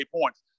points